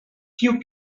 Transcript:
few